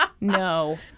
no